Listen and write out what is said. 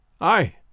Aye